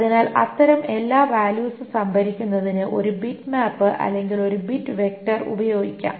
അതിനാൽ അത്തരം എല്ലാ വാല്യൂസും സംഭരിക്കുന്നതിന് ഒരു ബിറ്റ്മാപ്പ് അല്ലെങ്കിൽ ഒരു ബിറ്റ് വെക്റ്റർ ഉപയോഗിക്കാം